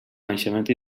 naixement